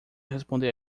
responder